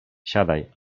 siadaj